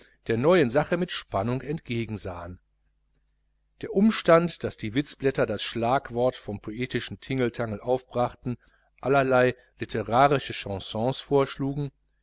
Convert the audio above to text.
der neuen sache mit spannung entgegensahen der umstand daß die witzblätter das schlagwort vom poetischen tingeltangel aufbrachten allerlei literarische chansons vorschlugen